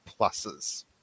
pluses